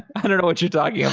i don't know what you're talking